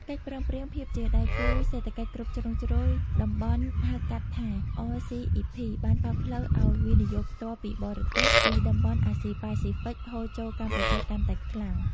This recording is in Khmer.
កិច្ចព្រមព្រៀងភាពជាដៃគូសេដ្ឋកិច្ចគ្រប់ជ្រុងជ្រោយតំបន់ ហៅកាត់ថា RCEP បានបើកផ្លូវឱ្យ វិនិយោគផ្ទាល់ពីបរទេស ពីតំបន់អាស៊ីប៉ាស៊ីហ្វិកហូរចូលកម្ពុជាកាន់តែខ្លាំង។